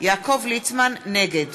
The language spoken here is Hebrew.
נגד